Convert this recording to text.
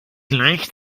leicht